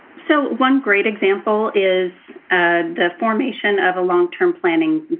so one great example is ah the formation of a long term planning.